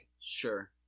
Sure